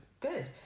good